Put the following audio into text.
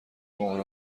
مهره